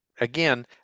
Again